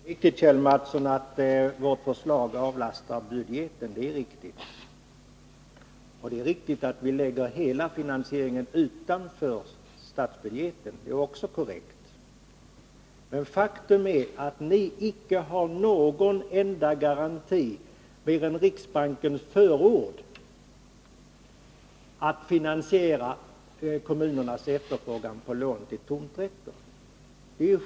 Herr talman! Det är riktigt, Kjell Mattsson, att vårt förslag avlastar budgeten. Och att vi lägger hela finansieringen utanför statsbudgeten är också korrekt. Men faktum är att ni icke har någon enda garanti mer än riksbankens förord när det gäller att finansiera kommunernas efterfrågan på lån till tomträtter.